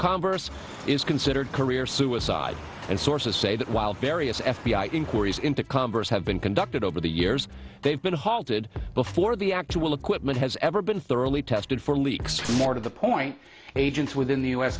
congress is considered career suicide and sources say that while various f b i inquiries into congress have been conducted over the years they've been halted before the actual equipment has ever been thoroughly tested for leaks more to the point agents within the u s